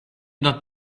not